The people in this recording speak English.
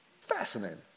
Fascinating